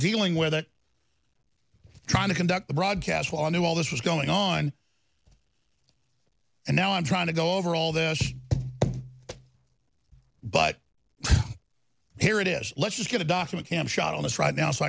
dealing with it trying to conduct a broadcast on you all this was going on and now i'm trying to go over all the but here it is let's just get a document cam shot on this right now so